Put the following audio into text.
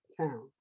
Town